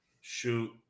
Shoot